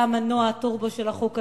אתה המנוע, הטורבו, של החוק הזה,